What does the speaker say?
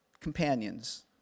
companions